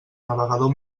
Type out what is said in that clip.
navegador